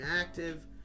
active